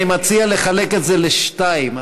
אני מציע לחלק את זה לשניים.